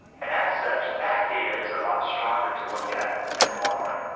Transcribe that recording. and as such, that data is a lot stronger to look at in the long run.